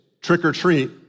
trick-or-treat